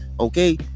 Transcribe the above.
okay